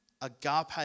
agape